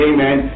Amen